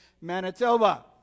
Manitoba